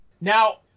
Now